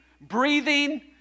breathing